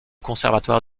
conservatoire